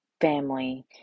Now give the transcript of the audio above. family